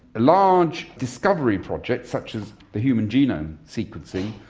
a large discovery project, such as the human genome sequencing,